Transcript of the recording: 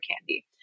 candy